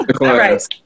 right